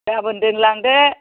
गाबोन दोनलांदो